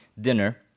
dinner